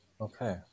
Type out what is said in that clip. Okay